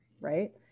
right